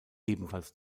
ebenfalls